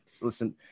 listen